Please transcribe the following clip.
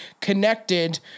connected